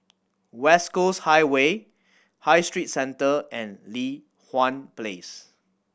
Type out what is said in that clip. West Coast Highway High Street Centre and Li Hwan Place